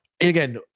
again